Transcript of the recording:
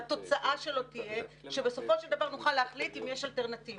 שהתוצאה שלו תהיה שבסופו של דבר נוכל להחליט אם יש אלטרנטיבה.